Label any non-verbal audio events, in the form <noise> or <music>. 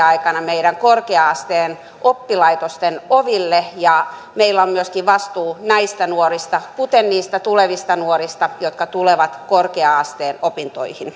<unintelligible> aikana meidän korkea asteen oppilaitosten oville ja meillä on myöskin vastuu näistä nuorista kuten niistä tulevista nuorista jotka tulevat korkea asteen opintoihin <unintelligible>